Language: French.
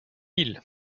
île